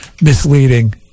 misleading